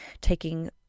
taking